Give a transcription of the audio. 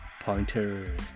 pointer